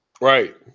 right